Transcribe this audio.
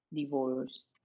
divorced